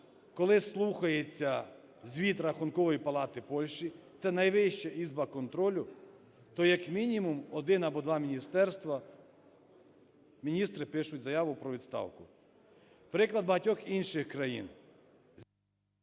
Коли слухається звіт рахункової палати Польщі – це Найвища ізба контролю, то як мінімум 1 або 2 міністерства, міністри пишуть заяви про відставку. Приклад багатьох інших країн…